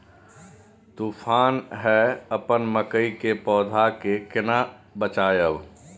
तुफान है अपन मकई के पौधा के केना बचायब?